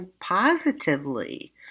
positively